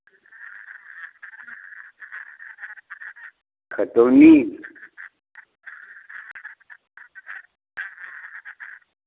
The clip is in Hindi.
खतौनी